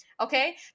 Okay